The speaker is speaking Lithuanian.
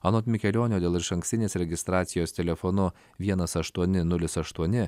anot mikelionio dėl išankstinės registracijos telefonu vienas aštuoni nulis aštuoni